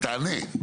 תענה.